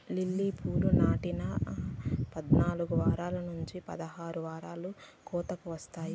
lily పూలు నాటిన పద్నాలుకు వారాల నుంచి పదహారు వారాలకు కోతకు వస్తాయి